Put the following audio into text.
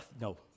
no